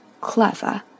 clever